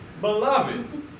Beloved